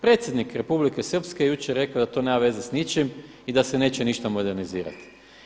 Predsjednik Republike Srpske jučer je rekao da to nema veze sa ničim i da se neće ništa modernizirati.